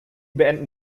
beenden